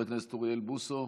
מוותר, חבר הכנסת אוריאל בוסו,